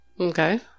Okay